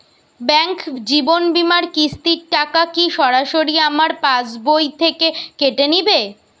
Bank জীবন বিমার কিস্তির টাকা কি সরাসরি আমার পাশ বই থেকে কেটে নিবে?